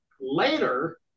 later